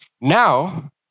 now